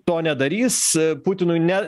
to nedarys putinui ne